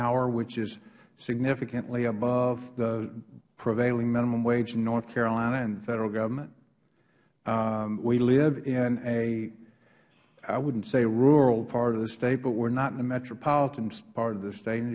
hour which is significantly above the prevailing minimum wage in north carolina and the federal government we live in i wouldnt say a rural part of the state but we are not in the metropolitan part of the state